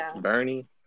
Bernie